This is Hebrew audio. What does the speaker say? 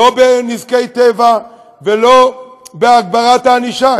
לא בנזקי טבע ולא בהגברת הענישה.